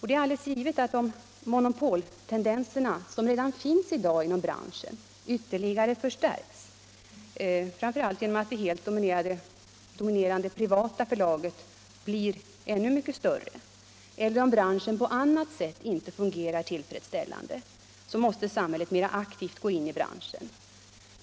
Det är alldeles givet att om de monopoltendenser som redan i dag finns inom branschen ytterligare förstärks — framför allt genom att det helt dominerande privata förlaget blir ännu mycket större — eller om branschen på annat sätt inte kommer att fungera tillfredsställande måste samhället gripa in mera aktivt.